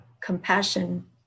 compassion